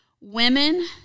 Women